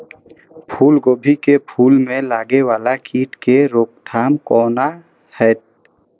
फुल गोभी के फुल में लागे वाला कीट के रोकथाम कौना हैत?